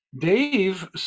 Dave